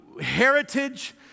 heritage